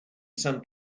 san